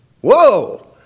Whoa